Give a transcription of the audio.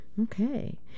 Okay